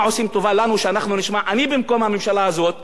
אני במקום הממשלה הזאת הייתי מגדיל את היקף השידורים,